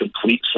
complete